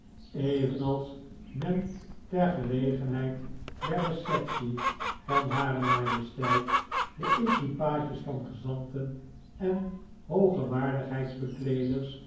evenals men ter gelegenheid der receptie van hare majesteit de equipages van gezanten en